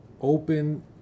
open